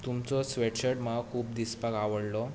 तुमचो स्वॅटशर्ट म्हाका खूब दिसपाक आवडलो